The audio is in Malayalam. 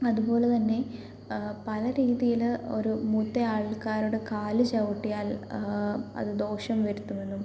അതുപോലതന്നെ പല രീതിയിൽ ഒരു മൂത്തയാൾക്കാരുടെ കാല് ചവിട്ടിയാൽ അത് ദോഷം വരുത്തുമെന്നും